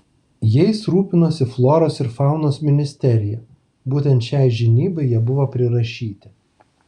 jais rūpinosi floros ir faunos ministerija būtent šiai žinybai jie buvo prirašyti